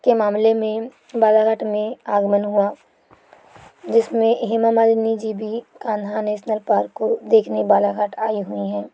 मामले में बालाघाट में आगमन हुआ जिसमें हेमा मालिनी जी भी कान्हा नेशनल पार्क को देखने बालाघाट आई हुई हैं